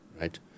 right